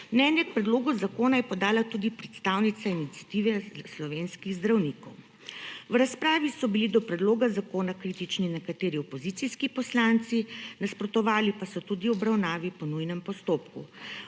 k predlogu zakona je podala tudi predstavnica Iniciative slovenskih zdravnikov. V razpravi so bili do predloga zakona kritični nekateri opozicijski poslanci, nasprotovali pa so tudi obravnavi po nujnem postopku.